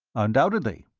undoubtedly.